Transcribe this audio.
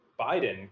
Biden